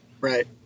Right